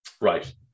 Right